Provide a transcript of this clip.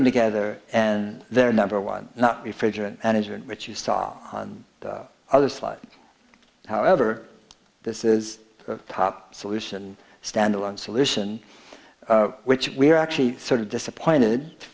it together and they're number one not refrigerant and injured which you saw on the other slide however this is the top solution standalone solution which we're actually sort of disappointed to